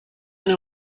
eine